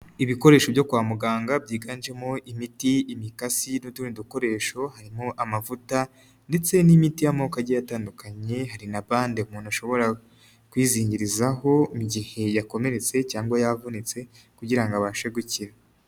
Ibikoresho byo kwa muganga byiganjemo imiti, imikasi n'utundi dukoresho, harimo amavuta ndetse n'imiti y'amoko agiye atandukanye, hari na bande umuntu ashobora kwizingirizaho mu gihe yakomeretse cyangwa yavunitse kugira ngo abashe gukira.